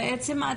בעצם,